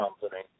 company